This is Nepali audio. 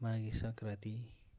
माघे सङ्क्रान्ति